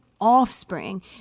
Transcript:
Offspring